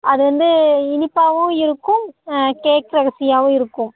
அது வந்து இனிப்பாகவும் இருக்கும் கேக் ருசியாகவும் இருக்கும்